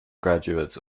graduates